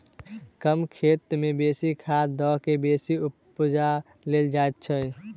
कम खेत मे बेसी खाद द क बेसी उपजा लेल जाइत छै